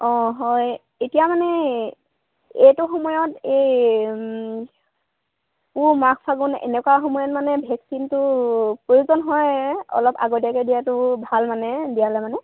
অঁ হয় এতিয়া মানে এইটো সময়ত এই পুহ মাঘ ফাগুন এনেকুৱা সময়ত মানে ভেকচিনটো প্ৰয়োজন হয় অলপ আগতীয়াকৈ দিয়াটো ভাল মানে দিয়ালে মানে